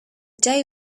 day